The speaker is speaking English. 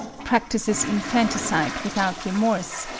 practices infanticide without remorse,